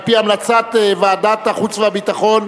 על-פי המלצת ועדת החוץ והביטחון,